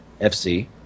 FC